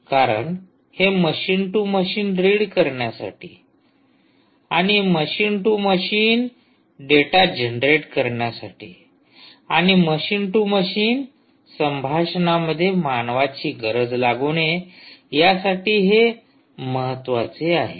कारण हे machine to machine read करण्यासाठी आणि machine to machine data generate करण्यासाठी आणि मशीन टू मशीन संभाषणा मध्ये मानवाची गरज लागू नये यासाठी हे महत्त्वाचे आहे